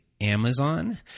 Amazon